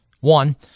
one